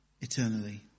eternally